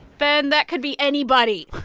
ben, that could be anybody